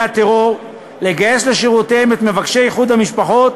הטרור לגייס לשורותיהם את מבקשי איחוד המשפחות